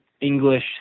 English